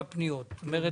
פניות תקציביות מאושרות.